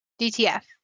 DTF